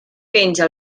penja